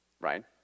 Right